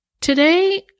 today